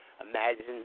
imagine